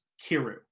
Kiru